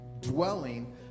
dwelling